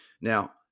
Now